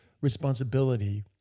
responsibility